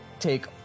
Take